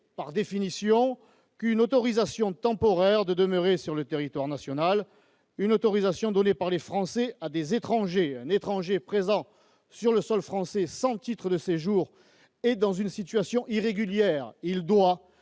par définition, qu'une autorisation temporaire de demeurer sur le territoire national, une autorisation donnée par les Français à des étrangers. Un étranger présent sur le sol français sans titre de séjour est en situation irrégulière. Il doit,